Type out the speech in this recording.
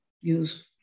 use